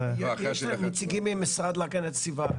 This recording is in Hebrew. יש כאן נציגים ממשרד להגנת הסביבה.